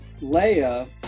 Leia